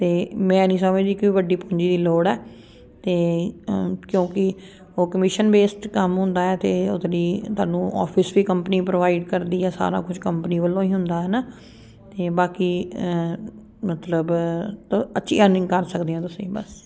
ਅਤੇ ਮੈਂ ਨਹੀਂ ਸਮਝਦੀ ਕਿ ਵੱਡੀ ਪੂੰਜੀ ਦੀ ਲੋੜ ਹੈ ਅਤੇ ਕਿਉਂਕਿ ਉਹ ਕਮਿਸ਼ਨ ਬੇਸਡ ਕੰਮ ਹੁੰਦਾ ਹੈ ਅਤੇ ਉਹ ਤੁਹਾਡੀ ਤੁਹਾਨੂੰ ਆਫਿਸ ਵੀ ਕੰਪਨੀ ਪ੍ਰੋਵਾਈਡ ਕਰਦੀ ਹੈ ਸਾਰਾ ਕੁਝ ਕੰਪਨੀ ਵੱਲੋਂ ਹੀ ਹੁੰਦਾ ਹੈ ਨਾ ਅਤੇ ਬਾਕੀ ਮਤਲਬ ਅੱਛੀ ਅਰਨਿੰਗ ਕਰ ਸਕਦੇ ਆ ਤੁਸੀਂ ਬਸ